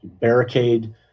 barricade